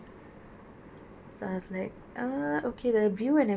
and I was so far from the lobby that I was familiar with